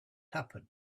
happen